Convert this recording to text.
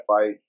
fight